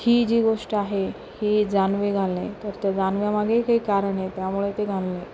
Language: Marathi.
ही जी गोष्ट आहे ही जानवे घालणे तर त्या जानव्यामागे काही कारण आहे त्यामुळे ते घालणे